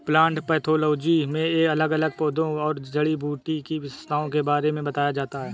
plant pathology में अलग अलग पौधों और जड़ी बूटी की विशेषताओं के बारे में बताया जाता है